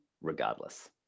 regardless